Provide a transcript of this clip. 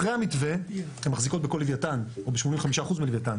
אחרי המתווה הן מחזיקות ב-85% מלווייתן,